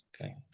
okay